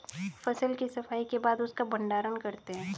फसल की सफाई के बाद उसका भण्डारण करते हैं